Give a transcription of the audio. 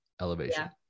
elevation